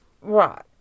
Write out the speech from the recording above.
Right